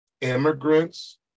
immigrants